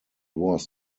was